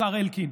השר אלקין,